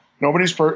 nobody's